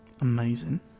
amazing